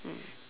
mm